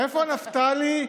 איפה נפתלי?